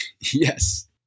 Yes